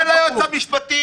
תן ליועץ המשפטי.